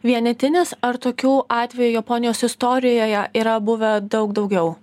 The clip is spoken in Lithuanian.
vienetinis ar tokių atvejų japonijos istorijoje yra buvę daug daugiau